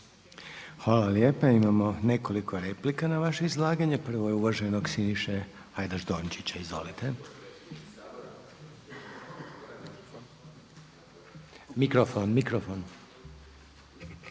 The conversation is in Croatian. Hvala lijepa. Imamo nekoliko replika na vaše izlaganje. Prva je uvaženog Siniše Hajdaš Dončića. Izvolite. **Hajdaš Dončić,